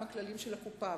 עם הכללים של הקופה,